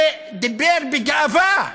ודיבר בגאווה,